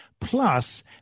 plus